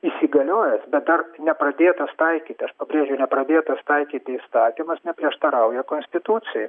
įsigaliojęs bet dar nepradėtas taikyt aš pabrėžiu nepradėtas taikyti įstatymas neprieštarauja konstitucijai